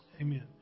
Amen